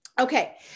Okay